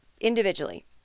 Individually